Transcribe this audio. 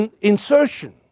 insertion